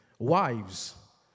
Wives